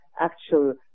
actual